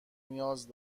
نیاز